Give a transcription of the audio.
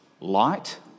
Light